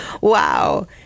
Wow